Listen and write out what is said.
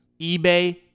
eBay